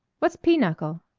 what's pinochle?